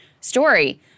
story